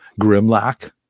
Grimlock